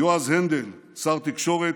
יועז הנדל, שר התקשורת,